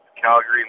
Calgary